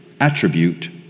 attribute